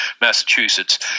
Massachusetts